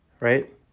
right